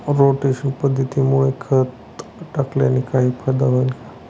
Rotation पद्धतीमुळे खत टाकल्याने काही फायदा होईल का?